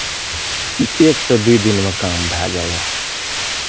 एकसँ दू दिनमे काम भए जाइए